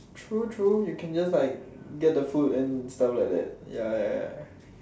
true true you can just like get the food and stuff like that ya ya ya